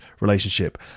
relationship